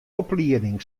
oplieding